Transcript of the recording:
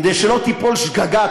כדי שלא תיפול שגגה,